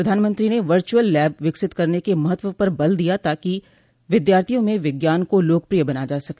प्रधानमंत्री ने virtual lab विकसित करने के महत्व पर बल दिया ताकि विद्यार्थियों में विज्ञान को लोकप्रिय बनाया जा सके